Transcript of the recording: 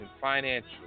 financial